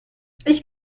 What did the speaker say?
ich